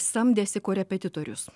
samdėsi korepetitorius